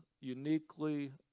uniquely